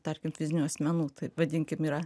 tarkim fizinių asmenų taip vadinkim yra